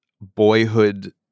boyhood